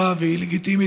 עבורה סכומים חסרי תקדים,